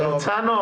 ח"כ הרצנו,